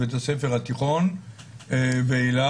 בבית הספר התיכון ואילך,